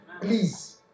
Please